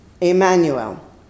Emmanuel